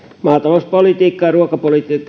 maatalouspolitiikka ja ruokapolitiikka